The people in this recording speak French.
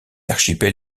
archipel